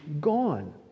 gone